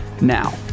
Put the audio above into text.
Now